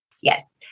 Yes